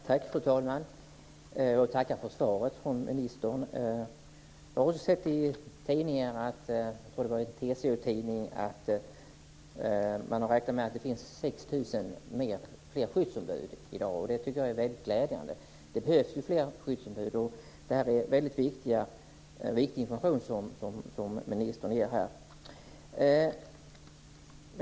Fru talman! Jag tackar för svaret från ministern. Jag har också sett i tidningen - jag tror att det var i TCO-tidningen - att man har räknat med att det finns 6 000 fler skyddsombud i dag. Det tycker jag är väldigt glädjande. Det behövs fler skyddsombud, och det är väldigt viktig information som ministern ger här.